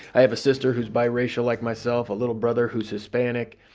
i have a sister who's biracial like myself, a little brother who's hispanic.